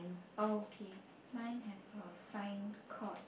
oh okay mine have a sign called